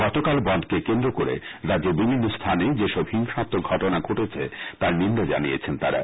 গতকাল বনধকে কেন্দ্র করে রাজ্যের বিভিন্ন স্থানে যে সব হিংসাম্মক ঘটনা ঘটেছে তার নিন্দা জানিয়েছেন তারা